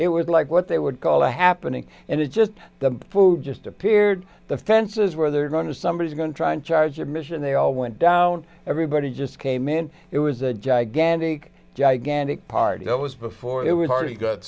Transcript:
it was like what they would call a happening and it just the food just appeared the fences were there going to somebody's going to try and charge admission they all went down everybody just came in it was a gigantic gigantic party it was before it was already got